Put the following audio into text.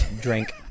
drink